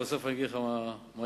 ובסוף אגיד לך מה החלטנו.